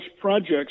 projects